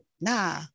nah